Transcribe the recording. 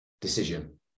decision